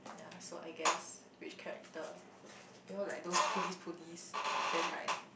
yeah so I guess which character you know like those police police then like